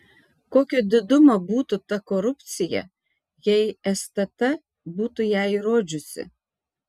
kokio didumo būtų ta korupcija jei stt būtų ją įrodžiusi